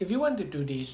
if you want to do this